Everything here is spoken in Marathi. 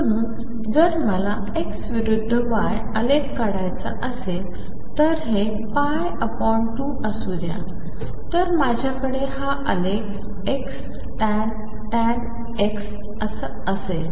म्हणून जर मला X विरुद्ध Y आलेख काढायचा असेल तर हे 2 असू द्या तर माझ्याकडे हा आलेख Xtan X असा असेल